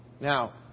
Now